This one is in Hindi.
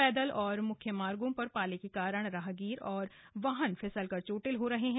पैदल और मुख्य मार्गों पर पाले के कारण राहगीर और वाहन फिसलकर चोटिल हो रहे हैं